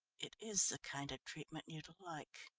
it is the kind of treatment you'd like,